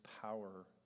power